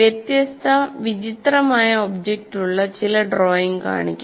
വ്യത്യസ്ത വിചിത്രമായ ഒബ്ജക്റ്റ് ഉള്ള ചില ഡ്രോയിംഗ് കാണിക്കുന്നു